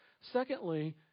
Secondly